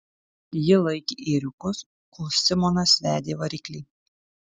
ji laikė ėriukus kol simonas vedė variklį